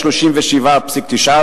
37.9%,